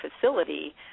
facility